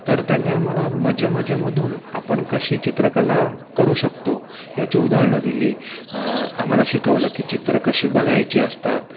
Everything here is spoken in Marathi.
तर त्यांनी आम्हाला मजे मजेमधून आपण कशी चित्रकला करू शकतो याची उदाहरणं दिली आम्हाला शिकवलं की चित्र कशी बघायची असतात